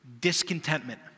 discontentment